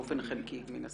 באופן חלקי מן הסתם.